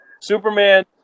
Superman